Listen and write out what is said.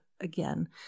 again